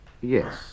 Yes